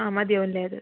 ആ മതിയാകും അല്ലേ അത്